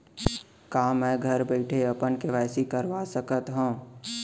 का मैं घर बइठे अपन के.वाई.सी करवा सकत हव?